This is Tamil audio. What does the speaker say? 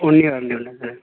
ஒன் இயர் வாரண்டி உண்டா சார்